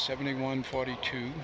seventy one forty two